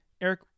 Eric